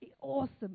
awesome